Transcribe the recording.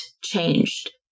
changed